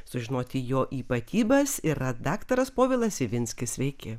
sužinoti jo ypatybes yra daktaras povilas ivinskis sveiki